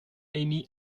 émis